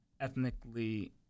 ethnically